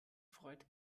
freut